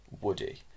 Woody